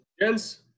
gents